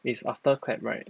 it's after clapright